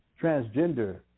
transgender